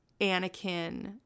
Anakin